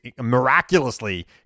miraculously